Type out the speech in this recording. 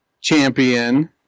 champion